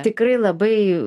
tikrai labai